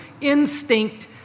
instinct